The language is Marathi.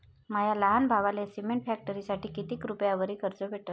माया लहान भावाले सिमेंट फॅक्टरीसाठी कितीक रुपयावरी कर्ज भेटनं?